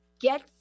get